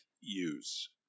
use